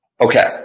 okay